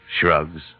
shrugs